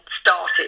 started